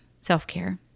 self-care